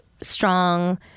strong